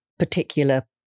Particular